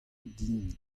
din